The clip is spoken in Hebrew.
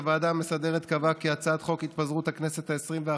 הוועדה המסדרת קבעה כי הצעת חוק התפזרות הכנסת העשרים-ואחת,